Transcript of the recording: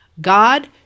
God